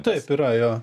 taip yra jo